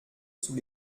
sous